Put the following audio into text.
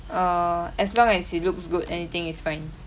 err as long as it looks good anything is fine